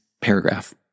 paragraph